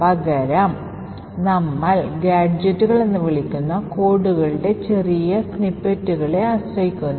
പകരം നമ്മൾ ഗാഡ്ജെറ്റുകൾ എന്ന് വിളിക്കുന്ന കോഡുകളുടെ ചെറിയ സ്നിപ്പെറ്റുകളെ ആശ്രയിക്കുന്നു